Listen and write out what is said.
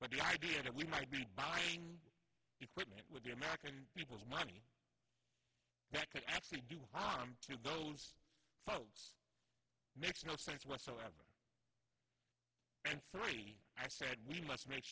but the idea that we might be buying equipment with the american people's money that could actually do to those funds makes no sense whatsoever and sorry i said we must make